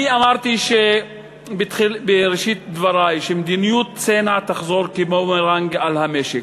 אני אמרתי בראשית דברי שמדיניות צנע תחזור כמו בומרנג על המשק.